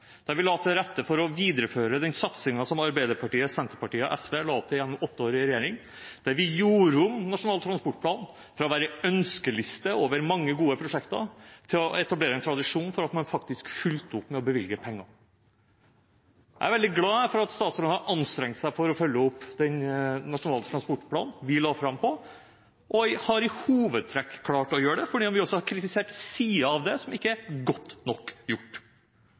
vi la til rette for å videreføre den satsingen som Arbeiderpartiet, Senterpartiet og SV la opp til gjennom åtte år i regjering, der vi gjorde om Nasjonal transportplan fra å være en ønskeliste over mange gode prosjekter, til å etablere en tradisjon for at man faktisk fulgte opp ved å bevilge penger. Jeg er veldig glad for at statsråden har anstrengt seg for å følge opp den nasjonale transportplanen vi la fram, og i hovedtrekk har klart å gjøre det, selv om vi også har kritisert sider av det som ikke er godt nok gjort.